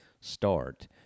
start